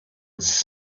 its